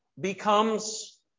becomes